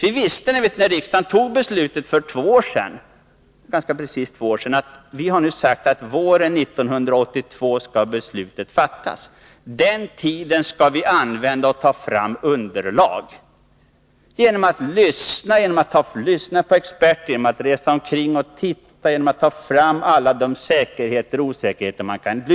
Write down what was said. Vi visste, när riksdagen för ganska precis två år sedan fattade sitt beslut, att det nu aktuella beslutet skulle fattas våren 1982. Detta var vi som politiker medvetna om. Vi visste att vi skulle använda tiden fram till dess för att ta fram underlag — genom att lyssna på experter, resa omkring och titta, genom att ta fram olika säkra och osäkra faktorer.